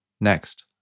next